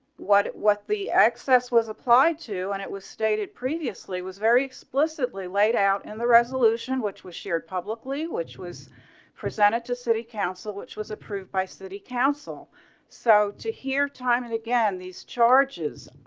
what it. what the access was apply to and it was stated previously, was very explicitly laid out in the resolution which was shared publicly, which was presented to city council which was approved by city council so to hear time and again these charges.